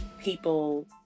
people